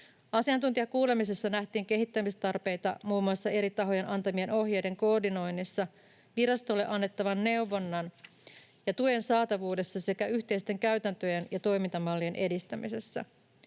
Asiantuntijakuulemisessa nähtiin kehittämistarpeita muun muassa eri tahojen antamien ohjeiden koordinoinnissa, virastolle annettavan neuvonnan ja tuen saatavuudessa sekä yhteisten käytäntöjen ja toimintamallien edistämisessä.